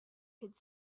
could